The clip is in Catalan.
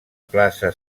plaça